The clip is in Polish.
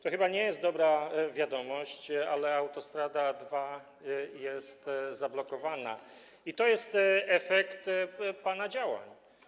To chyba nie jest dobra wiadomość, ale autostrada A2 jest zablokowana i to jest efekt pana działań.